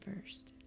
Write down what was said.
first